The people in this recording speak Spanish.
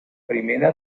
primera